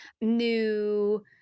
new